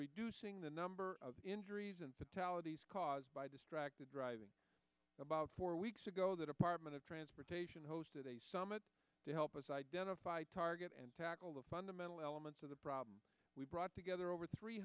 reducing the number of injuries and patel caused by distracted driving about four weeks ago that apartment of transportation hosted a summit to help us identify target and tackle the fundamental elements of the problem we brought together over three